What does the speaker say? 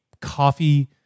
coffee